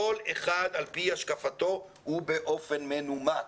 כל אחד על-פי השקפתו ובאופן מנומק.